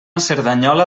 cerdanyola